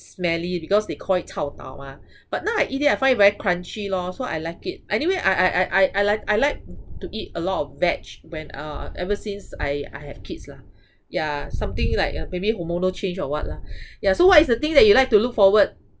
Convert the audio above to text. smelly because they chow tau mah but now I eat it I find it very crunchy lor so I like it anyway I I I I like I like to eat a lot of veg when uh ever since I I have kids lah yeah something like uh maybe hormonal change or what lah yeah so what is the thing that you like to look forward